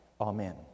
Amen